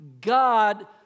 God